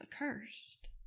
accursed